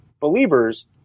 believers